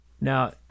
Now